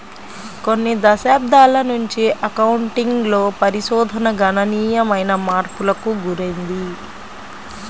కొన్ని దశాబ్దాల నుంచి అకౌంటింగ్ లో పరిశోధన గణనీయమైన మార్పులకు గురైంది